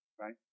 right